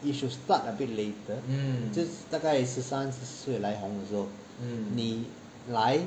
you should start a bit later 就大概十三四岁来红的时候你来